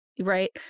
right